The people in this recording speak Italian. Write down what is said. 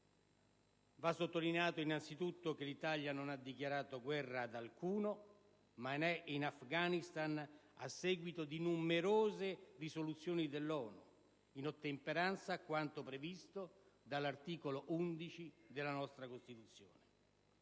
Va sottolineato innanzitutto che l'Italia non ha dichiarato guerra ad alcuno, ma è in Afghanistan a seguito di numerose risoluzioni dell'ONU, in ottemperanza a quanto previsto dall'articolo 11 della nostra Costituzione.